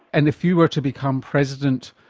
and if you were to become president,